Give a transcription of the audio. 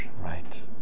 Right